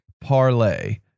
parlay